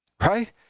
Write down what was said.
Right